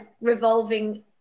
revolving